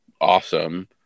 awesome